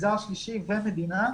המגזר השלישי והמדינה,